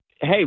Hey